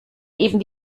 eben